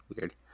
Weird